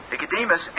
Nicodemus